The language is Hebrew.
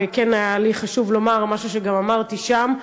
וכן היה לי חשוב לומר משהו שגם אמרתי שם,